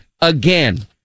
again